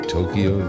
Tokyo